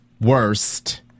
worst